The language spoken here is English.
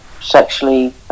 sexually